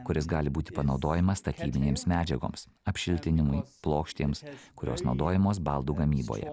kuris gali būti panaudojamas statybinėms medžiagoms apšiltinimui plokštėms kurios naudojamos baldų gamyboje